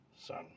Son